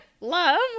love